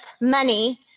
money